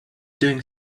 doing